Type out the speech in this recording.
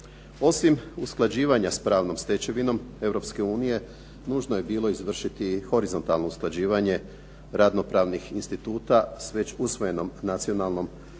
Osim usklađivanja s pravnom stečevinom Europske unije nužno je bilo izvršiti horizontalno usklađivanje radno pravnih instituta s već usvojenim nacionalnim